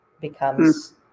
becomes